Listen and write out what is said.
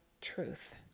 truth